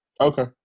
Okay